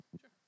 Sure